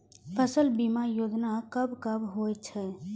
फसल बीमा योजना कब कब होय छै?